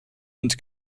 und